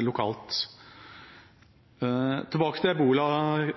lokalt. Tilbake til ebola-casen.